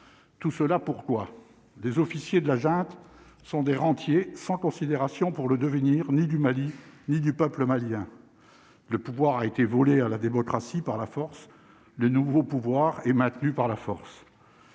tout cela, pourquoi des officiers de la junte sont des rentiers, sans considération pour le devenir, ni du Mali, ni du peuple malien, le pouvoir a été volé à la démocratie par la force, le nouveau pouvoir et maintenu par la force